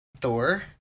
Thor